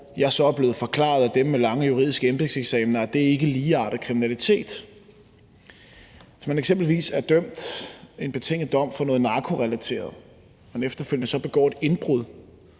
Jeg fik så forklaret af dem med lange juridiske embedseksamener, at der ikke var tale om ligeartet kriminalitet. Hvis man f.eks. er blevet idømt en betinget dom for noget narkorelateret og så efterfølgende begår et indbrud